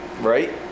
right